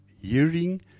hearing